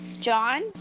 john